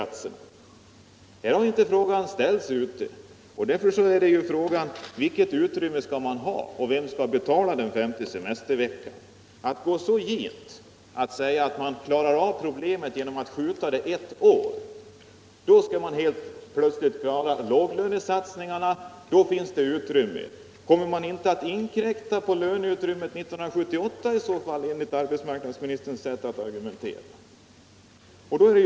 Ute på fältet har den frågan inte ställts. Därför är det fortfarande oklart vilket utrymme man skall ha och vem som skall betala den femte semesterveckan. Man kan ju inte gå så gent att man bara säger att man klarar av problemet genom att skjuta på det ett år. Då skall man tydligen helt plötsligt klara låglönesatsningarna; då finns det utrymme enligt arbetsmarknadsministerns sätt att argumentera. Men kommer man inte att inkräkta på löneutrymmet 1978 i så fall?